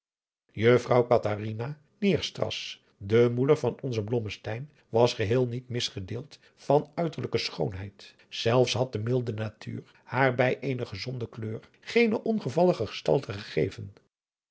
neerstras de moeder van onzen blommesteyn was geheel niet misgedeeld van uiterlijke schoonheid zelfs had de milde natuur haar bij eene gezonde kleur geene ongevallige gestalte gegeven